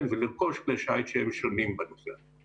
ולרכוש כלי שיט שהם שונים בנושא הזה.